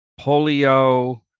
polio